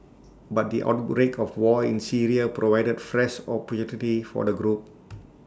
but the outbreak of war in Syria provided fresh opportunity for the group